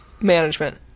management